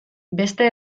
beste